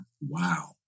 Wow